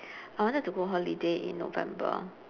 I wanted to go holiday in november